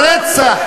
רצח.